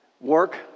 Work